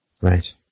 right